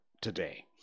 today